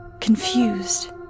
confused